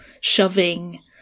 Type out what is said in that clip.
shoving